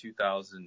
2000